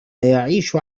يعيش